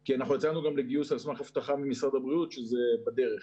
כי אנחנו יצאנו גם לגיוס על סמך הבטחה ממשרד הבריאות שזה בדרך.